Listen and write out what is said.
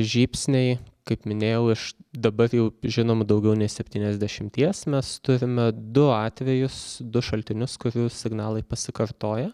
žybsniai kaip minėjau iš dabar jau žinomų daugiau nei septyniasdešimties mes turime du atvejus du šaltinius kurių signalai pasikartoja